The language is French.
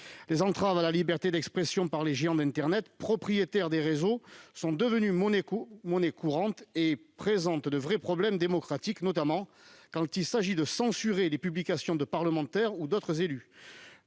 Les entraves à la liberté d'expression par les géants d'internet, propriétaires des réseaux, sont devenues monnaie courante et présentent de vrais problèmes démocratiques, notamment quand il s'agit de censurer les publications de parlementaires ou d'autres élus,